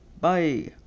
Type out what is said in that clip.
Bye